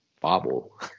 bobble